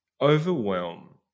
overwhelm